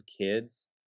kids